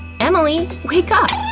emily! wake up!